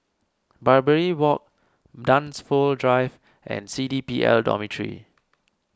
Barbary Walk Dunsfold Drive and C D P L Dormitory